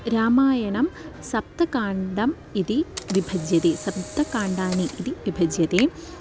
रामायणं सप्तकाण्डम् इति विभज्यते सप्तकाण्डानि इति विभज्यते